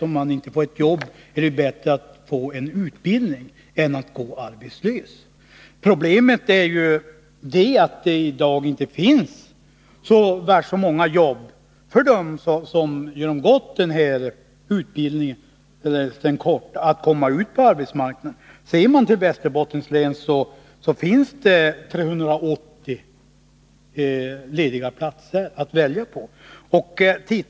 Om man inte får ett jobb är det ju bättre att få en utbildning än att gå arbetslös! Problemet är att det i dag inte finns så många jobb för dem som genomgått utbildning att de kan komma ut på arbetsmarknaden. I Västerbottens län finns det 380 lediga platser att välja på.